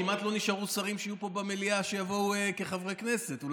לפני רגעים אחדים דיבר כאן ועמד כאן חבר הכנסת יואב